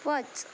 वच